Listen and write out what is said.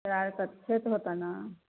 तोरा आर कऽ खेत होतो ने